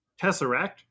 Tesseract